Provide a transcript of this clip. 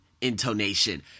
intonation